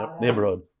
neighborhood